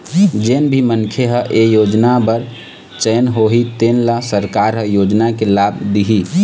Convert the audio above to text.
जेन भी मनखे ह ए योजना बर चयन होही तेन ल सरकार ह योजना के लाभ दिहि